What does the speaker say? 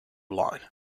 line